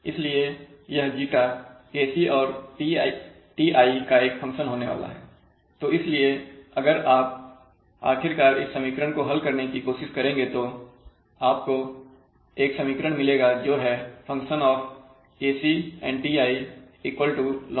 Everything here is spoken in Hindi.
इसलिए यह ζ Kc और Ti का एक फंक्शन होने वाला है तो इसलिए अगर आप आखिरकार इस समीकरण को हल करने की कोशिश करेंगे तो आपको एक समीकरण मिलेगा जो है fKcTiln¼